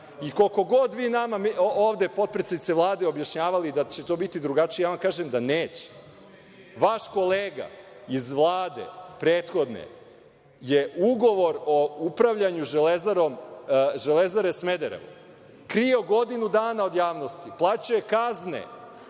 Koliko god vi nama, potpredsednice Vlade, objašnjavali da će to biti drugačije kažem vam da neće. Vaš kolega, iz Vlade prethodne, je Ugovor o upravljanju „Železare Smederevo“ krio godinu dana od javnosti, plaćao je kazne,